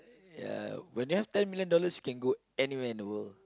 ya when you have ten million dollars you can go anywhere in the world